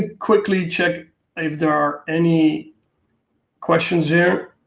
quickly check if there are any questions here.